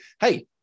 hey